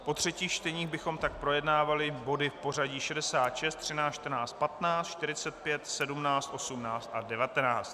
Po třetích čteních bychom tak projednávali body v pořadí: 66, 13, 14, 15, 45, 17, 18 a 19.